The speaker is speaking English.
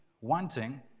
wanting